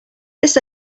this